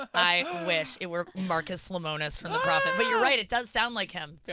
i wish it were marcus lemonis from the prophet. but you're right, it does sound like him. yeah